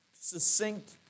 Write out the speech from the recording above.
succinct